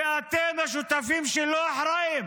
ואתם, השותפים שלו, אחראים